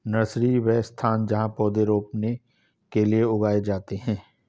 nursery, वह स्थान जहाँ पौधे रोपने के लिए उगाए जाते हैं